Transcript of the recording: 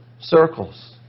circles